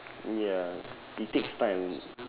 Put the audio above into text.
ya it takes time